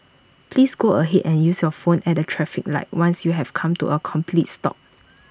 please go ahead and use your phone at the traffic light once you have come to A complete stop